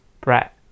Brett